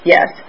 Yes